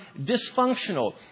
dysfunctional